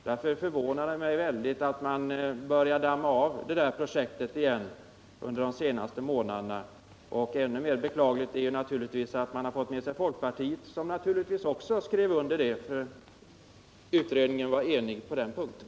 Därför förvånar det mig väldigt att man börjat damma av projektet igen, och ännu mer beklagligt är naturligtvis att man fått med sig folkpartiet, som också skrev under. flygindustrikommitténs uttalande. Utredningen var enig på den punkten.